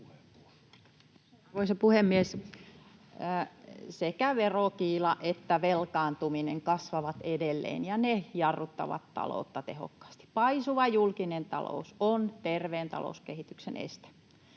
Arvoisa puhemies! Sekä verokiila että velkaantuminen kasvavat edelleen, ja ne jarruttavat taloutta tehokkaasti. Paisuva julkinen talous on terveen talouskehityksen este.